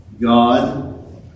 God